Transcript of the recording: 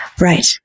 Right